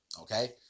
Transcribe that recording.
Okay